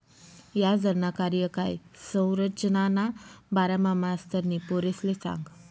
याजदरना कार्यकाय संरचनाना बारामा मास्तरनी पोरेसले सांगं